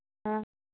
हाँ